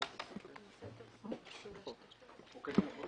(היו"ר